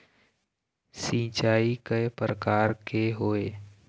सिचाई कय प्रकार के होये?